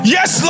Yes